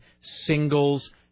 Singles